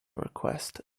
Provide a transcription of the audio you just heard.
request